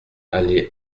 allée